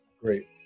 Great